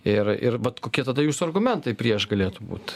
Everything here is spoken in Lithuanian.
ir ir vat kokie tada jūsų argumentai prieš galėtų būt